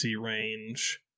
range